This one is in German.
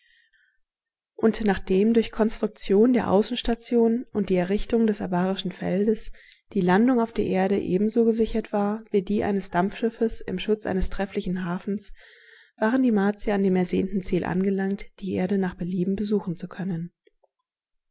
und nachdem durch konstruktion der außenstation und die errichtung des abarischen feldes die landung auf der erde ebenso gesichert war wie die eines dampfschiffes im schutz eines trefflichen hafens waren die martier an dem ersehnten ziel angelangt die erde nach belieben besuchen zu können